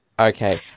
Okay